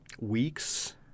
weeks –